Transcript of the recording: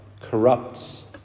corrupts